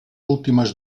últimes